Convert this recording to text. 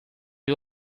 you